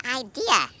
idea